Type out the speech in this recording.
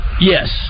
Yes